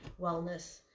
Wellness